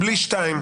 בלי (2).